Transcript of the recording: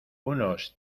unos